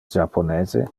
japonese